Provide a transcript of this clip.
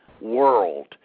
world